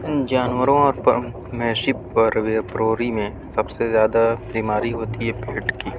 جانوروں اور میں سب سے زیادہ بیماری ہوتی ہے پیٹ کی